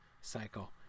cycle